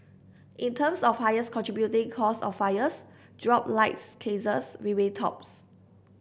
in terms of highest contributing cause of fires dropped light cases remained tops